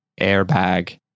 airbag